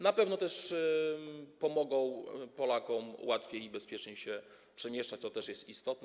Na pewno też pomogą Polakom łatwiej i bezpieczniej się przemieszczać, co też jest istotne.